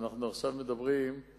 אנחנו עכשיו מדברים על